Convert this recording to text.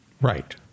Right